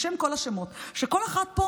בשם כל השמות, שלכל אחת פה